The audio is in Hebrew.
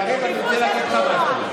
יריב, אני רוצה להגיד לך משהו: